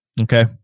Okay